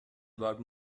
about